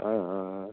ஆ ஆ ஆ